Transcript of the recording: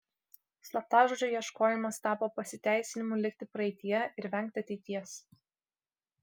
slaptažodžio ieškojimas tapo pasiteisinimu likti praeityje ir vengti ateities